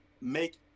make